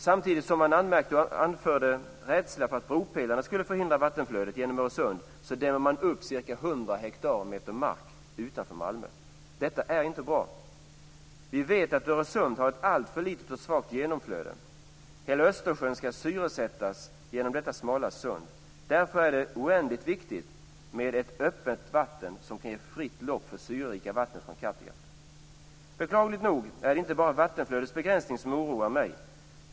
Samtidigt som man anmärker och framför rädsla över att bropelarna skall hindra vattenflödet genom Öresund, dämmer man upp ca 100 hektar mark i Öresund utanför Malmö. Detta är inte bra. Vi vet att Öresund har ett alltför litet och svagt genomflöde. Hela Östersjön skall syresättas genom detta smala sund. Därför är det oändligt viktigt med ett öppet vatten som kan ge fritt lopp för det syrerika vattnet från Kattegatt. Beklagligt nog är det inte bara vattenflödets begränsning som oroar mig.